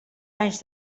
anys